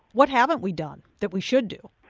what haven't we done that we should do?